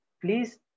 Please